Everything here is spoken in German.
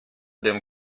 dem